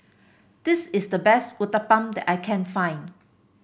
this is the best Uthapam that I can find